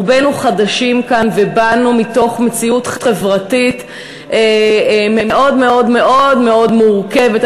רובנו חדשים כאן ובאנו מתוך מציאות חברתית מאוד מאוד מאוד מאוד מורכבת.